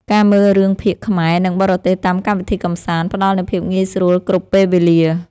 ការមើលរឿងភាគខ្មែរ និងបរទេសតាមកម្មវិធីកម្សាន្ត ផ្តល់នូវភាពងាយស្រួលគ្រប់ពេលវេលា។